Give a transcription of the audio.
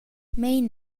mein